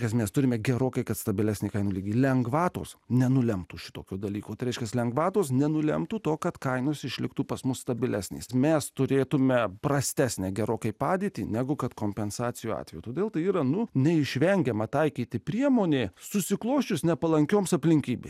nes mes turime gerokai kad stabilesni ten ligi lengvatos nenulemtų šitokio dalyko traškias lengvatos nenulemtų to kad kainos išliktų pas mus stabilesnės mes turėtumėme prastesnę gerokai padėtį negu kad kompensacijų atveju todėl tai iranu neišvengiama taikyti priemonė susiklosčius nepalankioms aplinkybėms